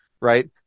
right